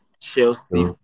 Chelsea